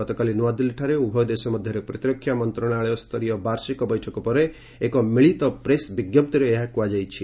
ଗତକାଲି ନୃଆଦିଲ୍ଲୀଠାରେ ଉଭୟ ଦେଶ ମଧ୍ୟରେ ପ୍ରତିରକ୍ଷା ମନ୍ତ୍ରଶାଳୟ ସ୍ତରୀୟ ବାର୍ଷିକ ବୈଠକ ପରେ ଏକ ମିଳିତ ପ୍ରେସ୍ ବିଞ୍ଜପ୍ତିରେ ଏହା କୁହାଯାଇଛି